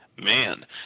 man